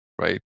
right